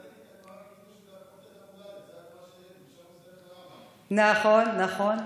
בגמרא, בדף, נכון, נכון.